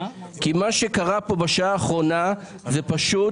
כי מה שקרה פה בשעה האחרונה זה פשוט